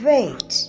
Wait